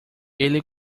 ele